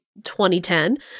2010